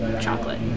chocolate